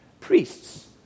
Priests